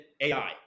AI